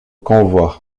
convoi